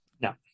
No